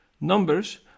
Numbers